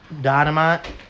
Dynamite